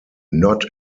not